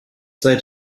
sei